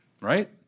right